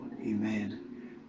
Amen